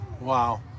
Wow